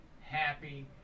happy